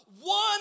One